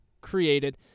created